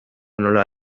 nola